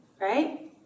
Right